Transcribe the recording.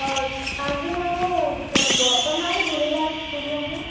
तव्हांजो नालो गौतम आहे झूलेलाल स्टूडियो में